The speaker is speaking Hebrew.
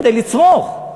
כדי לצרוך.